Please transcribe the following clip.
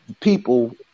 people